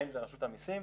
האם זה רשות המיסים,